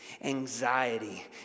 anxiety